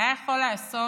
היה יכול לעשות